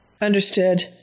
Understood